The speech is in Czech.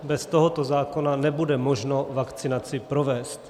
Bez tohoto zákona nebude možno vakcinaci provést.